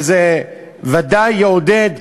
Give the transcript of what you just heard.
וזה ודאי יעודד,